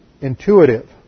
intuitive